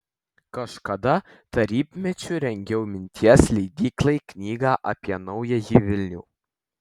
kažkada tarybmečiu rengiau minties leidyklai knygą apie naująjį vilnių